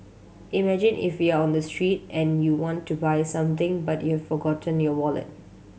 imagine if you're on the street and you want to buy something but you've forgotten your wallet